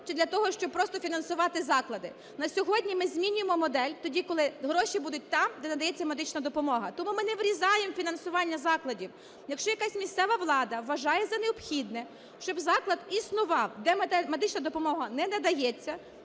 чи для того, щоб просто фінансувати заклади? На сьогодні ми змінюємо модель: тоді, коли гроші будуть там, де надається медична допомога. Тому ми не врізаємо фінансування закладів. Якщо якась місцева влада вважає за необхідне, щоб заклад існував, де медична допомога не надається,